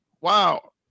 Wow